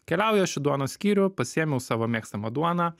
keliauju aš į duonos skyrių pasiėmiau savo mėgstamą duoną